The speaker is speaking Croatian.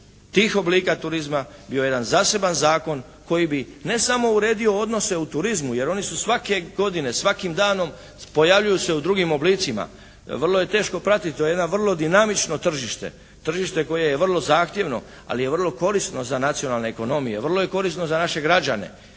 tih oblika turizma bio jedan zaseban zakon koji bi ne samo uredio odnose u turizmu jer oni su svake godine, svakim danom se pojavljuju u drugim oblicima, vrlo je teško pratiti, to je jedno vrlo dinamično tržište, tržište koje je vrlo zahtjevno ali je vrlo korisno za nacionalne ekonomije, vrlo je korisno za naše građane.